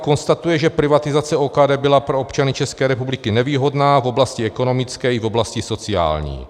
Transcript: Konstatuje, že privatizace OKD byla pro občany České republiky nevýhodná v oblasti ekonomické i v oblasti sociální.